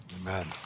Amen